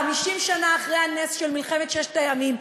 50 שנה אחרי הנס של מלחמת ששת הימים,